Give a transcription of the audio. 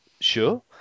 sure